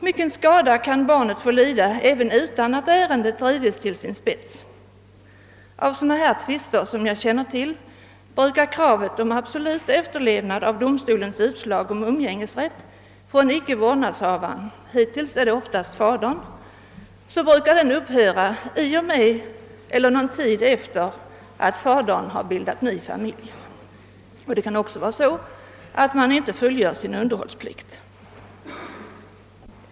Mycken skada kan barnet få lida även utan att ärendet drives till sin spets. Av sådana tvister som jag känner till brukar kravet på absolut efterlevnad av domstolens utslag om umgängesrätt från ickevårdnadshavaren — hittills oftast fadern — upphöra i och med eller någon tid efter ny familjebildning. Det kan också förhålla sig så, att någon av parterna inte fullgör sin underhållsplikt.